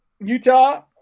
Utah